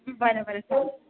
बरं बरं चालेल